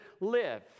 live